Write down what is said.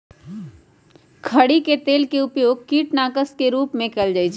खरी के तेल के उपयोग कीटनाशक के रूप में कएल जाइ छइ